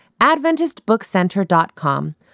AdventistBookCenter.com